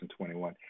2021